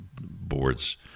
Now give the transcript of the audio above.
boards